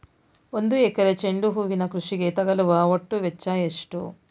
ಒಂದು ಎಕರೆ ಚೆಂಡು ಹೂವಿನ ಕೃಷಿಗೆ ತಗಲುವ ಒಟ್ಟು ವೆಚ್ಚ ಎಷ್ಟು?